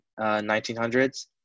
1900s